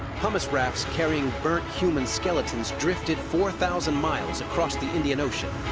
pumice rafts carrying burnt human skeletons drifted four thousand miles across the indian ocean.